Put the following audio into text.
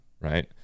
right